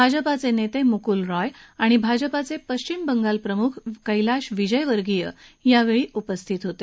भाजपाचे नेते मुकुल रॉय आणि भाजपाचे पश्चिम बंगाल प्रमुख कैलाश विजयवर्गिआ यावेळी उपस्थित होते